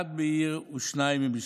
אחד מעיר ושניים ממשפחה,